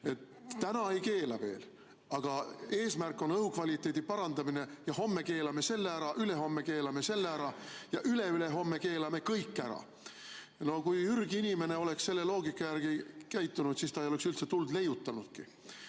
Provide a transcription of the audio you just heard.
täna ei keela veel, aga eesmärk on õhukvaliteedi parandamine ja homme keelame selle ära, ülehomme keelame selle ära ja üle-ülehomme keelame kõik ära. No kui ürginimene oleks selle loogika järgi käitunud, siis ta ei oleks üldse tuld leiutanudki.